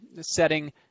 setting